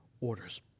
orders